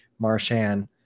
Marshan